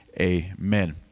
Amen